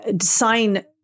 sign